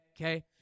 Okay